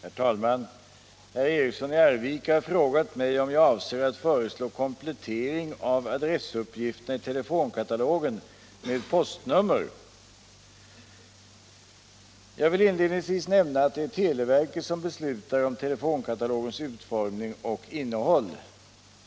Herr talman! Herr tredje vice talmannen Eriksson har frågat om jag avser att föreslå komplettering av adressuppgifterna i telefonkatalogen med postnummer. Jag vill inledningsvis nämna att det är televerket som beslutar om telefonkatalogens utformning och innehåll.